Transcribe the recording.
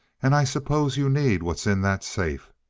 and i suppose you need what's in that safe.